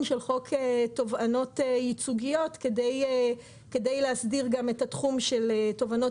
של חוק תובענות ייצוגיות כדי להסדיר גם את התחום של תובענות